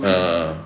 a'ah